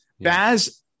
Baz